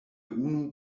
unu